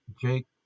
Jake